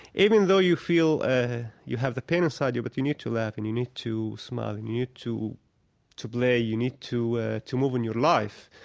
even though you feel ah you have the pain inside you, but you need to laugh and you need to smile. you need to play, you need to ah to move in your life.